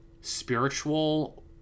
spiritual